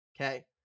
okay